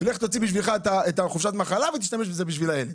לך תוציא בשבילך את חופשת המחלה ותשתמש בזה בשביל הילד.